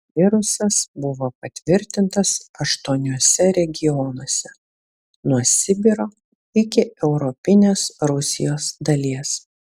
virusas buvo patvirtintas aštuoniuose regionuose nuo sibiro iki europinės rusijos dalies